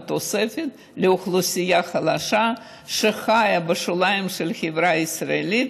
תוספת לאוכלוסייה חלשה שחיה בשוליים של החברה הישראלית